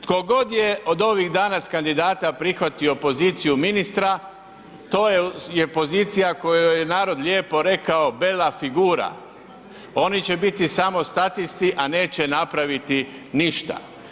Tko god je od ovih danas kandidata prihvatio poziciju ministra, to je pozicija kojoj je narod lijepo rekao bela figura, oni će biti samo statisti, a neće napraviti ništa.